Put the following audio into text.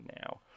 now